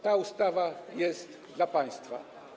Ta ustawa jest dla państwa.